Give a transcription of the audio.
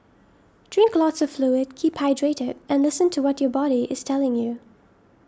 drink lots of fluid keep hydrated and listen to what your body is telling you